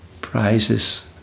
prizes